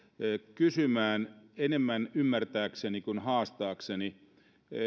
kysymään enemmän ymmärtääkseni kuin haastaakseni